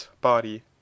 body